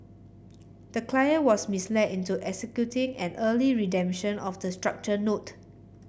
the client was misled into executing an early redemption of the structured note